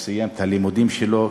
הוא סיים את הלימודים שלו,